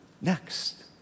next